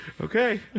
Okay